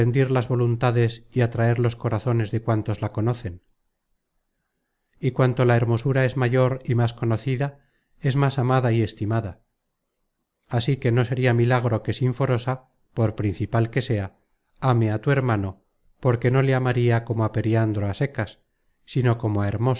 las voluntades y atraer los corazones de cuantos la conocen y cuanto la hermosura es mayor y más conocida es más amada y estimada así que no sería milagro que sinforosa por principal que sea ame á tu hermano porque no le amaria como á periandro á secas sino como